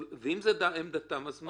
ואם זו עמדתם, אז מה?